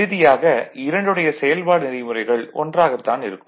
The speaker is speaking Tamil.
இறுதியாக இரண்டுடைய செயல்பாட்டு நெறிமுறைகள் ஒன்றாகத் தான் இருக்கும்